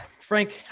Frank